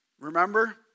Remember